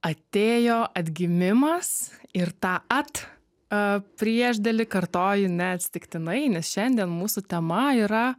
atėjo atgimimas ir tą at a priešdėlį kartoji neatsitiktinai nes šiandien mūsų tema yra